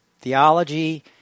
theology